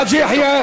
חאג' יחיא,